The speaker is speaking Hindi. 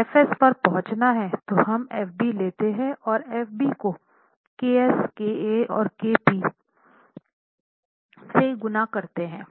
fs पर पहुँचना है हम fb लेते हैं और fb को ks ka and kp से गुना करते हैं